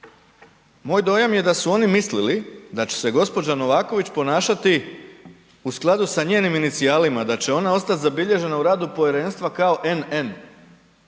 moj dojam je da su oni mislili da će se gospođa Novaković ponašati u skladu sa njenim inicijalima, da će ona ostati zabilježena u radu povjerenstva kao NN